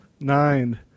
nine